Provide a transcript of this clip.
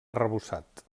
arrebossat